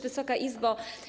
Wysoka Izbo!